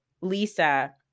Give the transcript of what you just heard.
Lisa